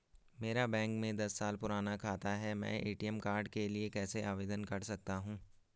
मेरा बैंक में दस साल पुराना खाता है मैं ए.टी.एम कार्ड के लिए कैसे आवेदन कर सकता हूँ?